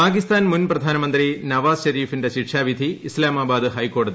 പാകിസ്ഥാൻ മുൻപ്രധാനമന്ത്രി നവാസ് ഷെരീഫിന്റെ ശിക്ഷാവിധി ഇസ്താമാബാദ് ഹൈക്കോടതി റദ്ദാക്കി